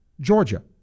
Georgia